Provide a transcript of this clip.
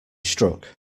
struck